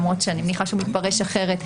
למרות שאני מניחה שאני מניחה שהוא מתפרש אחרת,